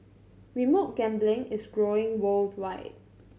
remote gambling is growing worldwide